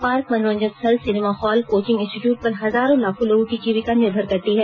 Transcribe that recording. park मनोरंजन स्थल cinema hall coaching institute पर हजारों लाखों लोगों की जीविंका निर्भर करती है